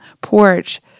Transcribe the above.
porch